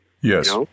Yes